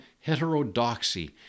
heterodoxy